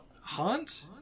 Haunt